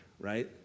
right